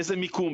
באיזה מיקום,